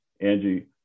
Angie